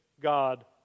God